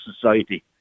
society